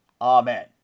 Amen